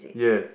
yes